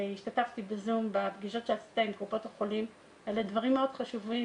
השתתפתי ב-זום בפגישות שעשית עם קופות החולים ואלה דברים מאוד חשובים.